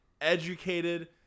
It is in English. educated